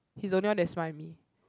he's only one that smile with me